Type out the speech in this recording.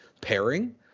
pairing